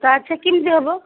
ତା'ହେଲେ ସେ କିମ୍ତି ହେବ